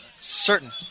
certain